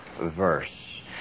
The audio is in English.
verse